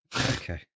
Okay